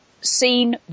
seen